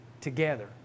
together